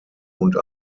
und